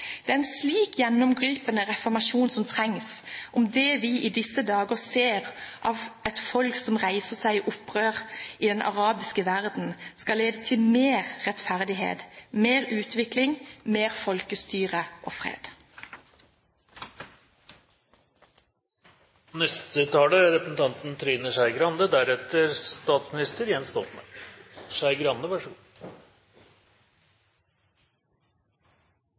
Det er en slik gjennomgripende reformasjon som trengs, om det vi ser i disse dager – et folk i den arabiske verden som gjør opprør – skal lede til mer rettferdighet, mer utvikling, mer folkestyre og